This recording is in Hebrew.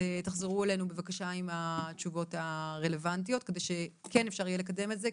ותחזרו אלינו בבקשה עם התשובות הרלוונטית כדי שכן אפשר יהיה לקדם את זה,